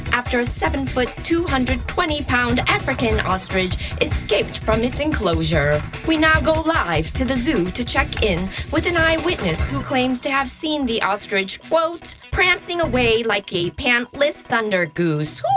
after a seven foot, two hundred and twenty pound african ostrich escaped from its enclosure. we now go live to the zoo to check in with an eyewitness who claims to have seen the ostrich, quote, prancing away like a pant-less thunder goose.